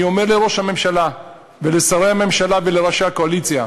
אני אומר לראש הממשלה ולשרי הממשלה ולראשי הקואליציה: